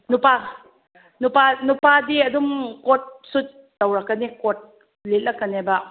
ꯅꯨꯄꯥ ꯅꯨꯄꯥ ꯅꯨꯄꯥꯗꯤ ꯑꯗꯨꯝ ꯀꯣꯠ ꯁꯨꯠ ꯇꯧꯔꯛꯀꯅꯤ ꯀꯣꯠ ꯂꯤꯠꯂꯛꯀꯅꯦꯕ